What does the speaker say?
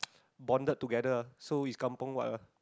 bonded together ah so it's kampung what ah